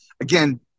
Again